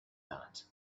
that